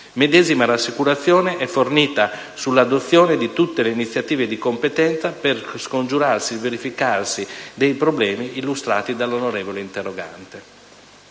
Medesima rassicurazione è fornita sull'adozione di tutte le iniziative di competenza per scongiurare il verificarsi dei problemi illustrati dall'onorevole interrogante.